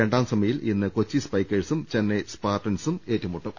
രണ്ടാം സെമി യിൽ ഇന്ന് കൊച്ചി സ്പൈക്കേഴ്സും ചെന്നൈ സ്പാർട്ടൻസും ഏറ്റുമുട്ടും